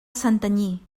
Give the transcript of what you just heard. santanyí